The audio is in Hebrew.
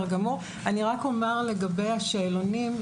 אומר לגבי השאלונים,